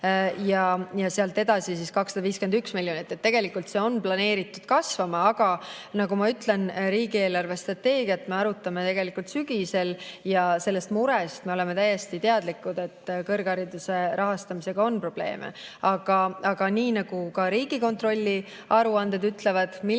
ja sealt edasi 251 miljonit. Nii et tegelikult see on planeeritud kasvama. Aga nagu ma ütlesin, riigi eelarvestrateegiat me arutame sügisel ja sellest murest me oleme täiesti teadlikud, et kõrghariduse rahastamisega on probleeme. Kuid nii nagu ka Riigikontrolli aruanded ütlevad, see,